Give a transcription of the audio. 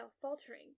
faltering